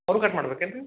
phone cut ಮಾಡ್ಬೇಕೇನು ರೀ